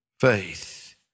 faith